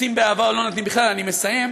עושים באהבה או לא נותנים בכלל, אני מסיים.